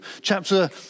chapter